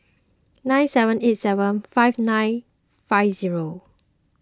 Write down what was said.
nine seven eight seven five nine five zero